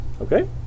Okay